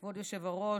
כבוד היושב-ראש,